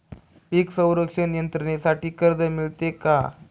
पीक संरक्षण यंत्रणेसाठी कर्ज मिळते का?